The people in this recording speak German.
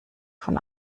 von